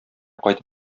кайтып